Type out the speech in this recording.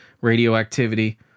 radioactivity